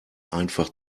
einfach